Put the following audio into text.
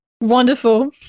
Wonderful